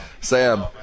Sam